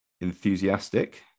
enthusiastic